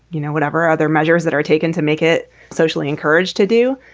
you know, whatever other measures that are taken to make it socially encouraged to do.